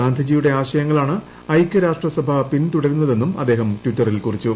ഗാന്ധിജിയുടെ ആശയങ്ങളാണ് ഐക്യരാഷ്ട്രസഭ പിന്തുടരുന്നതെന്നും അദ്ദേഹം ടിറ്ററിൽ കുറിച്ചു